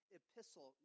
epistle